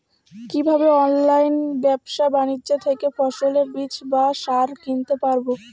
কীভাবে অনলাইন ব্যাবসা বাণিজ্য থেকে ফসলের বীজ বা সার কিনতে পারবো?